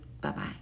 Bye-bye